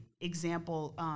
example